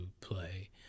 play